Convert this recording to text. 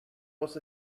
was